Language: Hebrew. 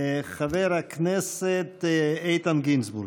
חבר הכנסת איתן גינזבורג.